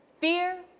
Fear